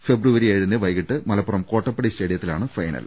ഫെബ്രുവരി ഏഴിന് വൈകിട്ട് മലപ്പുറം കോട്ടപ്പടി സ്റ്റേഡി യത്തിലാണ് ഫൈനൽ